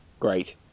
Great